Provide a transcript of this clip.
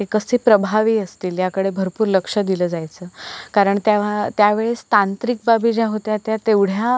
ते कसे प्रभावी असतील याकडे भरपूर लक्ष दिलं जायचं कारण तेव्हा त्यावेळेस तांत्रिक बाबी ज्या होत्या त्या तेवढ्या